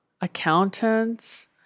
accountants